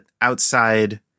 outside